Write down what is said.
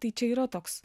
tai čia yra toks